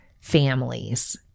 families